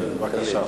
בבקשה.